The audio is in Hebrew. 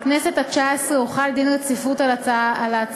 בכנסת התשע-עשרה הוחל דין רציפות על ההצעה.